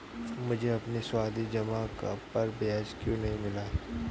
मुझे अपनी सावधि जमा पर ब्याज क्यो नहीं मिला?